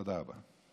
תודה רבה.